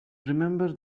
remember